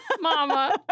Mama